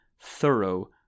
thorough